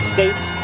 States